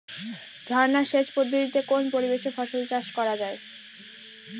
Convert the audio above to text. ঝর্না সেচ পদ্ধতিতে কোন পরিবেশে ফসল চাষ করা যায়?